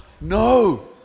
No